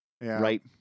Right